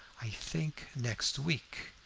i think next week.